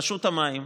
רשות המים,